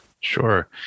Sure